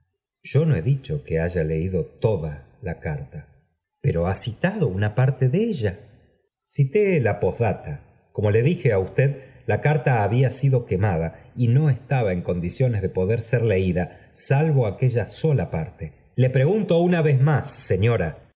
yo no he dieho que haya leído toda la carta pero ha citado una parte de ella cité la posdata como le dije á usted la carta había sido quemada y no estaña en condiciones de poder ser leída salvo aquella sola parte ce pregunto una vez más señora